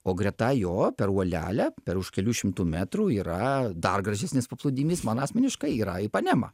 o greta jo per uolelę per už kelių šimtų metrų yra dar gražesnis paplūdimys man asmeniškai yra ipanema